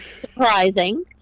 surprising